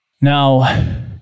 Now